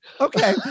okay